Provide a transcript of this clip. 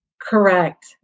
Correct